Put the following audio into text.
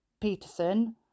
Peterson